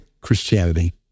Christianity